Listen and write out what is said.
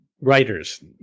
writers